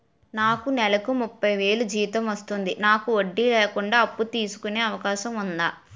నాకు నేలకు ముప్పై వేలు జీతం వస్తుంది నాకు వడ్డీ లేకుండా అప్పు తీసుకునే అవకాశం ఉందా